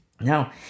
Now